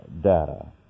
data